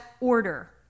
order